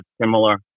similar